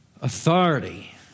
authority